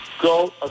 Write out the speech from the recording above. Go